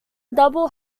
double